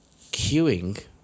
queuing